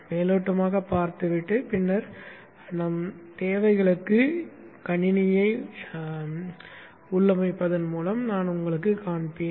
மேலோட்டமாக பார்த்துவிட்டு பின்னர் நம் தேவைகளுக்கு கணினியை உள்ளமைப்பதன் மூலம் நான் உங்களுக்கு காண்பிக்கிறேன்